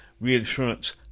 reinsurance